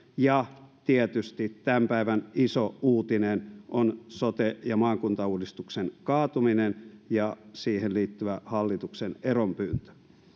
ja tietysti tämän päivän iso uutinen on sote ja maakuntauudistuksen kaatuminen ja siihen liittyvä hallituksen eronpyyntö